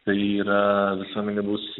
tai yra visuomenė bus